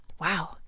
wow